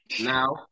Now